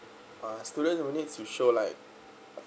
uh student will need to show like